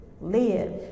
live